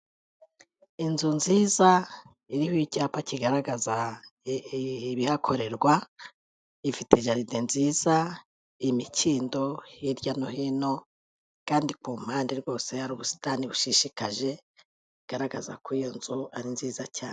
Inzu nziza iriho icyapa kigaragaza ibihakorerwa, ifite jaride nziza, imikindo hirya no hino, kandi ku mpande rwose hari ubusitani bushishikaje, bigaragaza ko iyo nzu ari nziza cyane